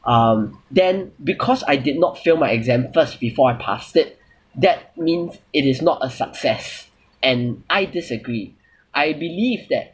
um then because I did not fail my exam first before I passed it that means it is not a success and I disagree I believe that